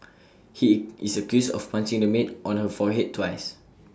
he is accused of punching the maid on her forehead twice